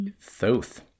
Thoth